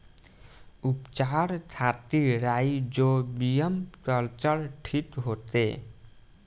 उपचार खातिर rhizobium culture ठीक होखे?